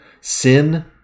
Sin